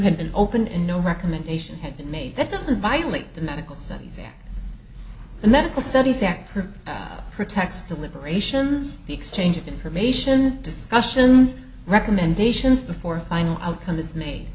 had been open and no recommendation had been made that doesn't violate the medical studies and medical studies that protects deliberations the exchange of information discussions recommendations before a final outcome is made